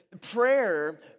Prayer